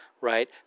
right